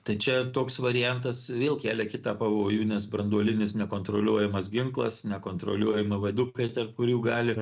tai čia toks variantas vėl kėlia kitą pavojų nes branduolinis nekontroliuojamas ginklas nekontroliuojami vadukai tarp kurių gali